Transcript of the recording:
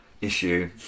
issue